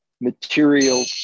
material